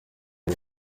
bya